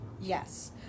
Yes